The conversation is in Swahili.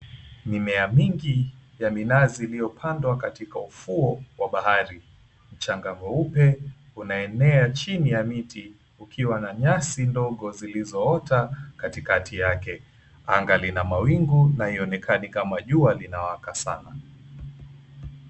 Mimea mingi ya minazi iliyopandwa katika ufuo wa bahari. Mchanga mweupe unaenea chini ya miti ukiwa na nyasi ndogo zilizoota katikati yake. Anga lina mawingu na haionekani kama jua linawaka sana.